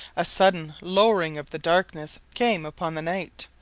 a sudden lowering of the darkness came upon the night,